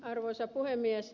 arvoisa puhemies